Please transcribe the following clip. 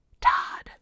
Todd